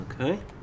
Okay